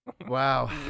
Wow